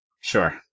Sure